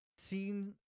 seen